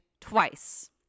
twice